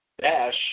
dash